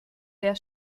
der